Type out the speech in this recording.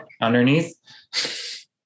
Underneath